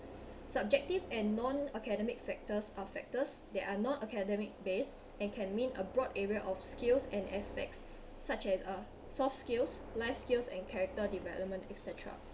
subjective and non academic factors are factors that are not academic based and can mean a broad area of skills and aspects such as uh soft skills life skills and character development et cetera